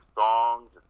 songs